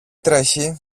τρέχει